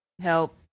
Help